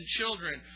children